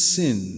sin